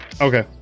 Okay